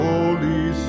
Holy